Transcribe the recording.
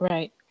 Right